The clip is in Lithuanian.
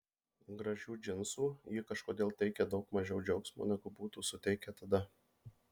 gražių džinsų jie kažkodėl teikia daug mažiau džiaugsmo negu būtų suteikę tada